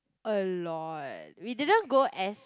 a lot we didn't go as